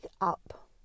up